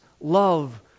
love